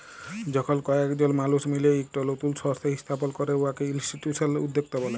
যখল কয়েকজল মালুস মিলে ইকট লতুল সংস্থা ইস্থাপল ক্যরে উয়াকে ইলস্টিটিউশলাল উদ্যক্তা ব্যলে